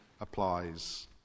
applies